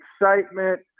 excitement